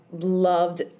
loved